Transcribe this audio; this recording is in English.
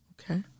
Okay